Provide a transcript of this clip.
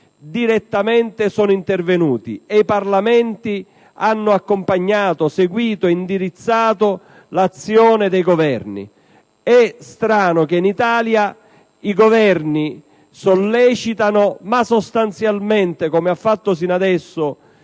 direttamente intervenuti e i Parlamenti hanno accompagnato, seguito e indirizzato l'azione dei Governi. È strano che in Italia i Governi sollecitino, ma sostanzialmente - come ha fatto sino adesso